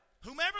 Whomever